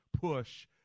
push